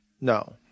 No